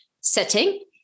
setting